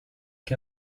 che